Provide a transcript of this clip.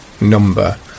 number